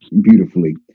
beautifully